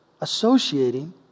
associating